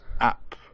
app